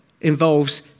involves